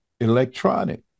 electronic